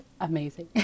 amazing